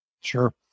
Sure